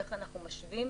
איך אנחנו משווים?